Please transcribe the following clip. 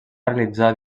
realitzar